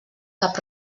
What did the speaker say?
cap